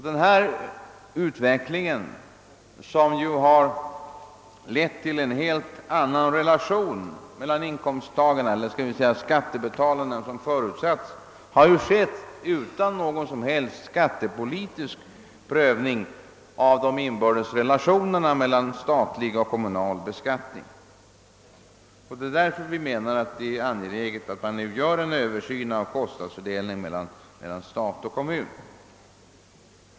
Denna utveckling, som ju har lett till en helt annan relation mellan inkomsttagarna än som förutsades, har skett utan någon som helst skattepolitisk prövning av de inbördes relationerna mellan statlig och kommunal beskattning. Det är därför vi anser det angeläget att nu företa en översyn av kostnadsfördelningen mellan stat och kommun.